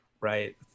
right